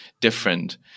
different